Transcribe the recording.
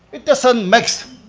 it doesn't mix,